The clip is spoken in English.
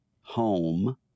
home